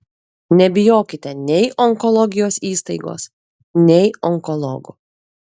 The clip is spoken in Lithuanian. nebijokite nei onkologijos įstaigos nei onkologų